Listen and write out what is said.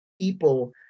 people